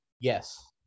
Yes